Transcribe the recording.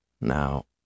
Now